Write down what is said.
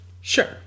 Sure